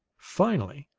finally,